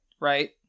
right